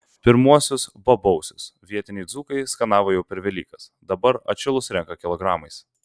pirmuosius bobausius vietiniai dzūkai skanavo jau per velykas dabar atšilus renka kilogramais